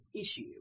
issue